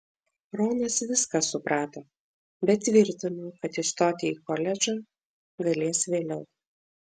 ronas viską suprato bet tvirtino kad įstoti į koledžą galės vėliau